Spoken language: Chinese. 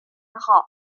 偏好